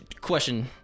Question